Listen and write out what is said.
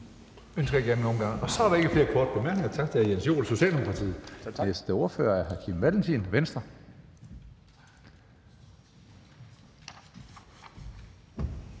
ønsker ikke ordet i anden omgang, og så er der ikke flere korte bemærkninger. Tak til hr. Jens Joel, Socialdemokratiet.